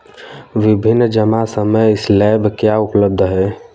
विभिन्न जमा समय स्लैब क्या उपलब्ध हैं?